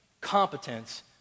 competence